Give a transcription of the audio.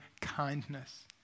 kindness